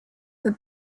for